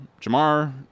Jamar